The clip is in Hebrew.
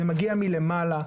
זה מגיע מלמעלה,